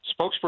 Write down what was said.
spokesperson